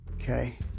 okay